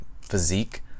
physique